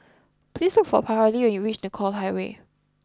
please look for Paralee when you reach Nicoll Highway